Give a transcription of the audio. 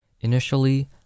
Initially